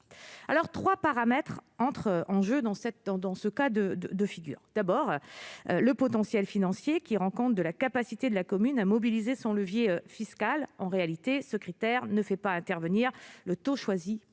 loi. Trois paramètres entrent en jeu dans ce cas de figure. Tout d'abord, il y a le potentiel financier, qui rend compte de la capacité de la commune à mobiliser son levier fiscal. En réalité, ce critère ne fait pas intervenir le taux choisi par la